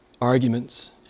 arguments